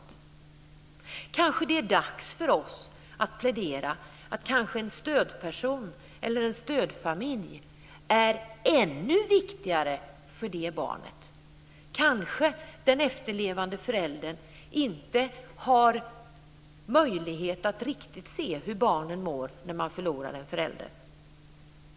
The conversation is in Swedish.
Det är kanske dags för oss att plädera för att en stödperson eller en stödfamilj är ännu viktigare för det här barnet. Den efterlevande föräldern kanske inte har möjlighet att riktigt se hur barnen mår när de har förlorat en förälder.